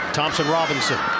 Thompson-Robinson